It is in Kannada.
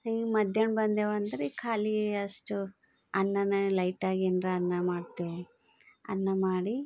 ಈಗ ಮಧ್ಯಾಹ್ನ ಬಂದೇವು ಅಂದ್ರೆ ಖಾಲಿ ಅಷ್ಟು ಅನ್ನನೇ ಲೈಟಾಗಿ ಎನಾರ ಅನ್ನ ಮಾಡ್ತೀವಿ ಅನ್ನ ಮಾಡಿ